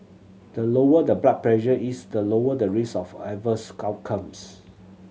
the lower the blood pressure is the lower the risk of adverse outcomes